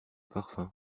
parfum